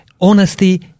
honesty